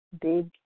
big